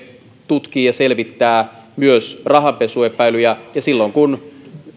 tutkii ja selvittää myös rahanpesuepäilyjä ja silloin kun